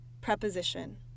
preposition